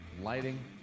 lighting